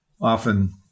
often